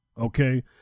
Okay